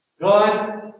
God